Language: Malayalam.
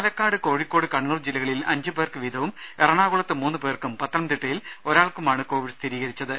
പാലക്കാട് കോഴിക്കോട് കണ്ണൂർ ജില്ലകളിൽ അഞ്ചു പേർക്ക് വീതവും എറണാകുളത്ത് മൂന്നു പേർക്കും പത്തനംതിട്ടയിൽ ഒരാൾക്കുമാണ് കോവിഡ് സ്ഥിരീകരിച്ചത്